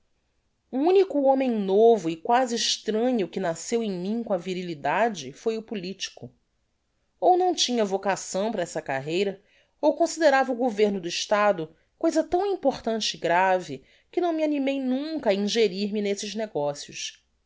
o unico homem novo e quasi extranho que nasceu em mim com a virilidade foi o politico ou não tinha vocação para essa carreira ou considerava o governo do estado coisa tão importante e grave que não me animei nunca a ingerir me nesses negocios